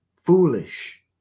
foolish